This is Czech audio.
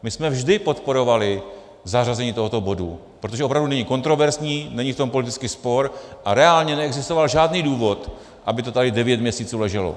My jsme vždy podporovali zařazení tohoto bodu, protože opravdu není kontroverzní, není v tom politický spor a reálně neexistoval žádný důvod, aby to tady devět měsíců leželo.